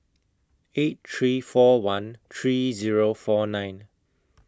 eight three four one three Zero four nine